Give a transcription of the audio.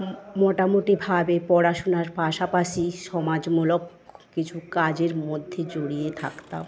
মোটামুটিভাবে পড়াশুনার পাশাপাশি সমাজমূলক কিছু কাজের মধ্যে জড়িয়ে থাকতাম